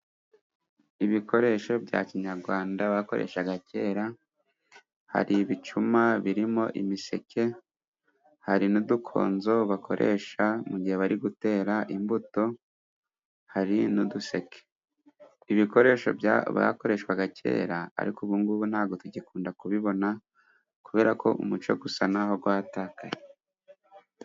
Ibikoresho bya kinyarwanda bakoreshaga kera, hari ibicuma birimo imiseke, hari n'udukonzo bakoresha mu gihe bari gutera imbuto, hari n'uduseke. Ibikoresho bakoreshaga kera, ariko ubungubu ntabwo tugikunda kubibona, kubera ko umuco usa n'aho watakaye.